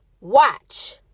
watch